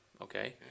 Okay